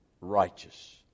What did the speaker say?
righteous